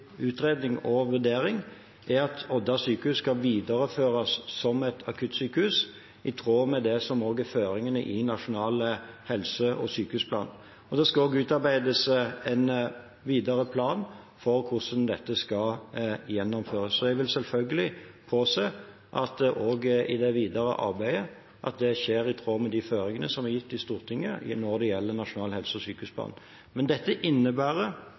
utredning og vurdering er at Odda sykehus skal videreføres som akuttsykehus, i tråd med det som er føringene i Nasjonal helse- og sykehusplan. Det skal også utarbeides en videre plan for hvordan dette skal gjennomføres. Jeg vil selvfølgelig påse at også det videre arbeidet skjer i tråd med de føringene som er gitt i Stortinget når det gjelder Nasjonal helse- og sykehusplan. Men dette innebærer